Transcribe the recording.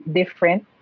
different